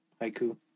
Haiku